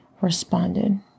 responded